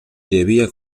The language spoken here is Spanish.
debía